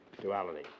duality